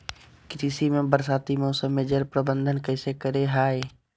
कृषि में बरसाती मौसम में जल प्रबंधन कैसे करे हैय?